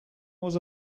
was